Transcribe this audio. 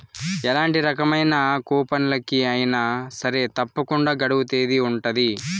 ఎలాంటి రకమైన కూపన్లకి అయినా సరే తప్పకుండా గడువు తేదీ ఉంటది